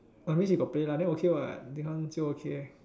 oh means you got play lah then okay what this one still okay